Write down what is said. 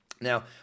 Now